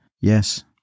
Yes